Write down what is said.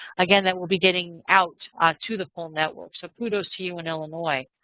again, that will be getting out to the full network. so kudos to you in illinois.